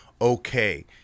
Okay